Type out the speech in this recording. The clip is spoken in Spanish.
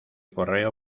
correo